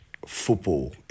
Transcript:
football